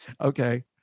Okay